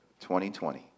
2020